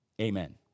amen